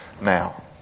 now